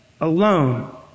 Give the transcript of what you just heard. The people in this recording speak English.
alone